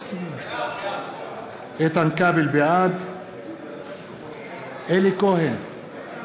נגד מאיר כהן, בעד יעל כהן-פארן,